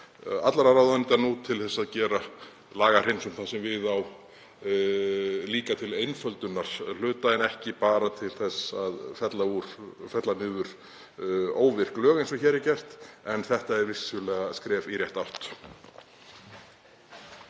allra ráðuneyta til að gera nú lagahreinsun þar sem við á, líka til einföldunar hluta en ekki bara til þess að fella niður óvirk lög eins og hér er gert. En þetta er vissulega skref í rétta átt.